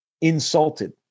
insulted